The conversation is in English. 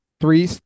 three